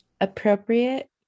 appropriate